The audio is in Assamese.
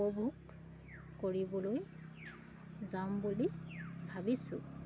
উপভোগ কৰিবলৈ যাম বুলি ভাবিছোঁ